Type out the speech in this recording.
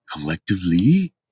Collectively